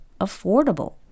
affordable